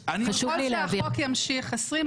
ככל שהחוק ימשיך,